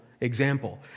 example